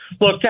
Look